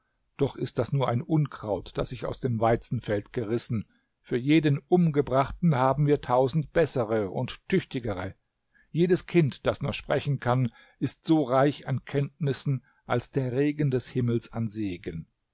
doch ist das nur ein unkraut das ich aus dem weizenfeld gerissen für jeden umgebrachten haben wir tausend bessere und tüchtigere jedes kind das nur sprechen kann ist so reich an kenntnissen als der regen des himmels an segen